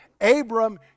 Abram